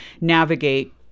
navigate